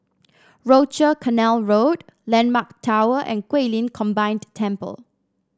Rochor Canal Road landmark Tower and Guilin Combined Temple